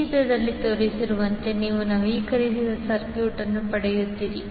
ಈ ಚಿತ್ರದಲ್ಲಿ ತೋರಿಸಿರುವಂತೆ ನೀವು ನವೀಕರಿಸಿದ ಸರ್ಕ್ಯೂಟ್ ಅನ್ನು ಪಡೆಯುತ್ತೀರಿ